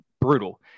brutal